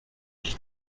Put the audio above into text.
mille